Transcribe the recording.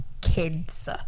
kids